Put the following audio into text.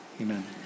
Amen